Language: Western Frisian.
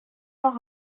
noch